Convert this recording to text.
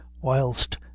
whilst